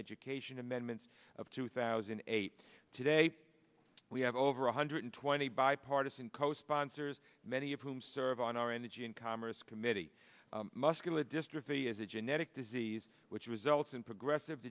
education amendments of two thousand and eight today we have over one hundred twenty bipartisan co sponsors many of whom serve on our energy and commerce committee muscular dystrophy is a genetic disease which results in progressive